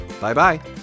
Bye-bye